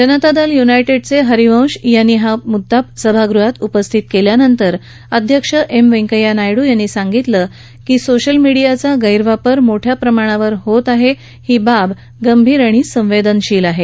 जेडीयुचे हरिवंश यांनी हा मुद्दा सभागृहात उपस्थित केल्यानंतर अध्यक्ष एम वैकय्या नायडू यांनी सांगितलं की सोशल मिडीयाचा गैरवापर मोठ्या प्रमाणावर होत आहे आणि ही बाब गंभीर तसंच संवदेनशील आहे